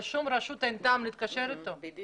יכול להסביר גם למה הם לא התקדמו בהמשך.